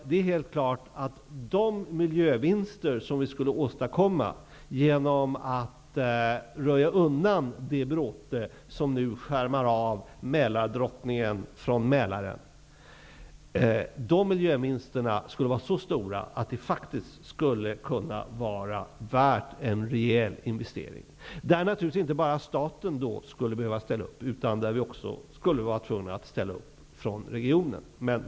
Det är helt klart att de miljövinster som skulle åstadkommas genom att man röjde undan den bråte som nu skärmar av Mälardrottningen från Mälaren skulle vara så stora att de faktiskt skulle kunna vara värda en rejäl investering. Då skulle naturligtvis inte bara staten behöva ställa upp utan man skulle även få ställa upp från regionen.